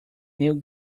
new